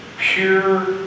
Pure